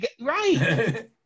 Right